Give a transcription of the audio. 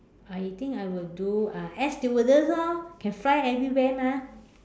I think I will do uh air stewardess orh can fly everywhere mah